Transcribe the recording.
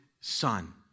Son